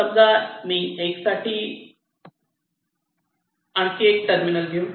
समजा 1 साठी आणखी एक टर्मिनल घेऊ